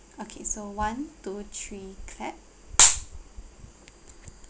okay so one two three clap